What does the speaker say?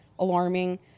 Alarming